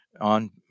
on